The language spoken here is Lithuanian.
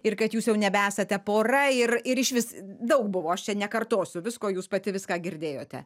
ir kad jūs jau nebesate pora ir ir išvis daug buvo aš čia nekartosiu visko jūs pati viską girdėjote